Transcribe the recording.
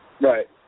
Right